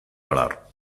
parar